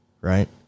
right